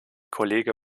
kollege